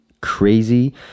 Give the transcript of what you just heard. crazy